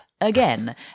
again